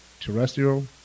terrestrial